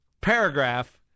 paragraph